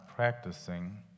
practicing